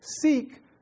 seek